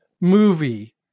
movie